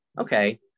okay